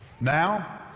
Now